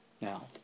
Now